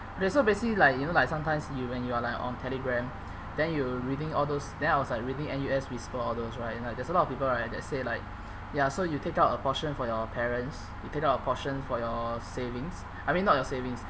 that's why basically like you know like sometimes you when you are like on telegram then you reading all those then I was like reading N_U_S whispers all those right and like there's a lot of people right that say like ya so you take out a portion for your parents you take out a portion for your savings I mean not your savings